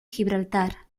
gibraltar